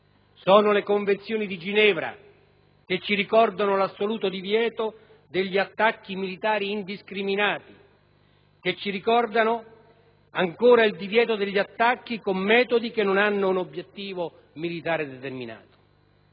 sono le Convenzioni di Ginevra che ci ricordano l'assoluto divieto degli attacchi militari indiscriminati, che ci ricordano ancora il divieto degli attacchi con metodi che non hanno un obiettivo militare determinato.